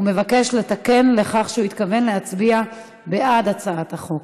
הוא מבקש לתקן, הוא התכוון להצביע בעד הצעת החוק.